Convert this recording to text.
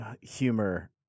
humor